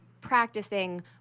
practicing